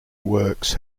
works